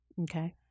Okay